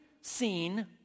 seen